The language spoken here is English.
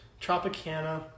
Tropicana